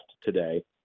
today